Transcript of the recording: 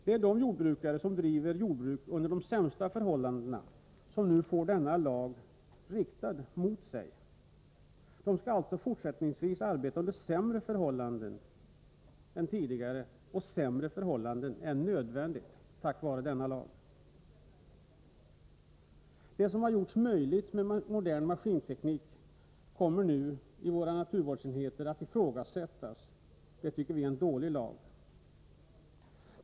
Det är de jordbrukare som driver jordbruk under de sämsta förhållandena som nu drabbas av denna lag. De skall alltså fortsättningsvis på grund av denna lag arbeta under sämre förhållanden än tidigare, sämre förhållanden än nödvändigt. Det som har gjorts möjligt med modern maskinteknik kommer nu i våra naturvårdsenheter att ifrågasättas — därför tycker vi att det är en dålig lag.